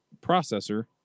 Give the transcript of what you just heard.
processor